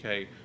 UK